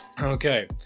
okay